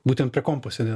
būtent prie kompo sėdė